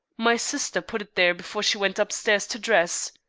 my sister put it there before she went up stairs to dress.